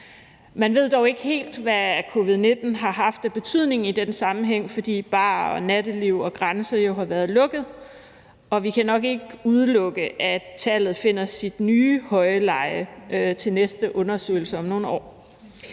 Man ved dog ikke helt, hvad covid-19 har haft af betydning i den sammenhæng, hvor barer og natteliv og grænser jo har været lukket, og vi kan nok ikke udelukke, at tallet finder sit nye høje leje ved den næste undersøgelse om nogle år.